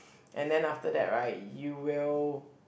and then after that right you will